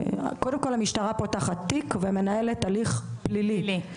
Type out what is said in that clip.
קודם כול המשטרה פותחת תיק ומנהלת הליך פלילי.